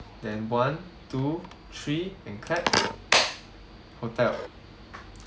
then one two three and clap hotel